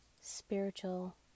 spiritual